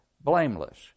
Blameless